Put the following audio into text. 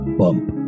bump